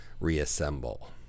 reassemble